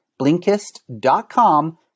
Blinkist.com